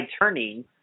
turning